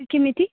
किमिति